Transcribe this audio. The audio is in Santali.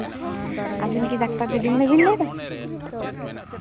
ᱟᱵᱤᱱ ᱠᱤ ᱰᱟᱠᱛᱟᱨ ᱫᱤᱫᱤᱢᱚᱱᱤ ᱵᱤᱱ ᱞᱟᱹᱭᱫᱟ